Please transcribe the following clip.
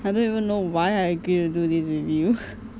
I don't even know why I agree to do this with you